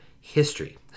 history